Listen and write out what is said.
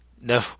No—